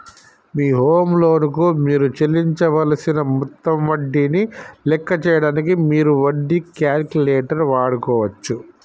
మీ home loan కు మీరు చెల్లించవలసిన మొత్తం వడ్డీని లెక్క చేయడానికి మీరు వడ్డీ క్యాలిక్యులేటర్ వాడుకోవచ్చు